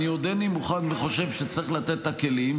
אני עודני מוכן וחושב שצריך לתת את הכלים,